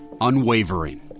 unwavering